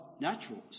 natural